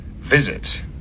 visit